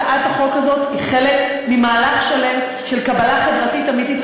הצעת החוק הזאת היא חלק ממהלך שלם של קבלה חברתית אמיתית.